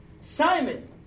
Simon